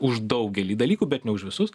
už daugelį dalykų bet ne už visus